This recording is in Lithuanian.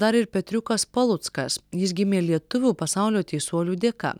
dar ir petriukas paluckas jis gimė lietuvių pasaulio teisuolių dėka